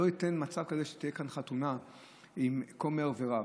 לא יינתן מצב כזה שתהיה כאן חתונה עם כומר ורב.